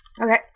Okay